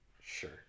Sure